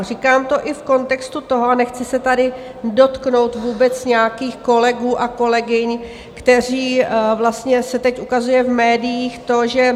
Říkám to i v kontextu toho, nechci se tady dotknout vůbec nějakých kolegů a kolegyň, kteří vlastně se teď ukazuje v médiích to, že...